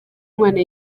umwana